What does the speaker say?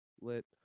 lit